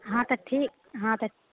हँ तऽ ठीक हँ तऽ